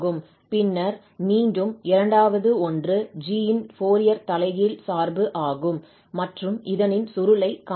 பின்னர் மீண்டும் இரண்டாவது ஒன்று 𝑔 ன் ஃபோரியர் தலைகீழ் சார்பு ஆகும் மற்றும் இதனின் சுருளலை காண வேண்டும்